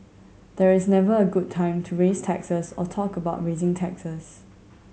there is never a good time to raise taxes or talk about raising taxes